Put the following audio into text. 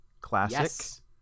Classic